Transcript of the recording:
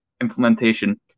implementation